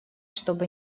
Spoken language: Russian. чтобы